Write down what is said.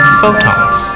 photons